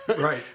right